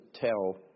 tell